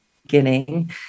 beginning